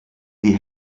die